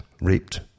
raped